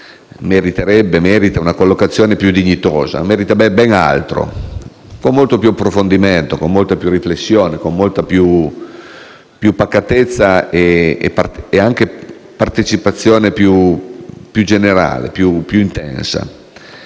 meriterebbe e merita una collocazione più dignitosa, meriterebbe ben altro: molto più approfondimento, molta più riflessione, molta più pacatezza e anche una partecipazione più generale e più intensa.